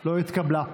לא התקבלה.